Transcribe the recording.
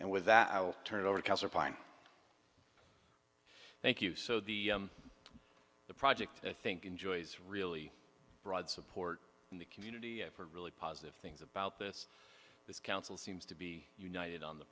and with that i'll turn it over counterpoint thank you so the the project i think enjoys really broad support in the community for really positive things about this council seems to be united on the